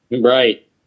Right